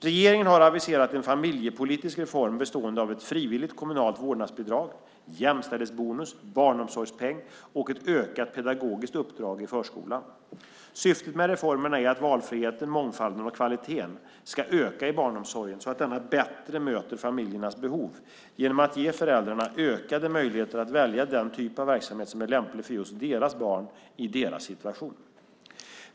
Regeringen har aviserat en familjepolitisk reform bestående av ett frivilligt kommunalt vårdnadsbidrag, jämställdhetsbonus, barnomsorgspeng och ett ökat pedagogiskt uppdrag i förskolan. Syftet med reformerna är att valfriheten, mångfalden och kvaliteten ska öka i barnomsorgen så att denna bättre möter familjernas behov genom att ge föräldrarna ökade möjligheter att välja den typ av verksamhet som är lämplig för just deras barn, i deras situation.